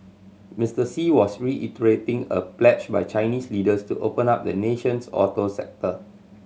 Mister Xi was reiterating a pledge by Chinese leaders to open up the nation's auto sector